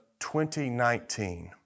2019